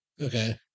Okay